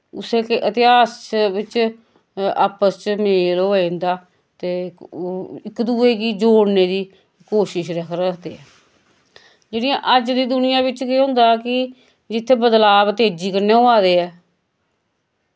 उस्से के अतेहास च विच आपस च मेल होऐ इंदा ते ओह् इक दुए गी जोड़ने दी कोशिश रख रखदे जेह्ड़ियां अज दी दुनियां विच केह् होंदा कि जित्थे बदलाव तेजी कन्नै होआ दे ऐ